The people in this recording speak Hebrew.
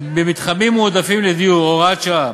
במתחמים מועדפים לדיור (הוראת שעה),